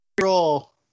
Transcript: roll